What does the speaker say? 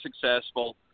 successful